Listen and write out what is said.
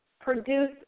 produce